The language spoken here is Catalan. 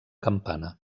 campana